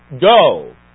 Go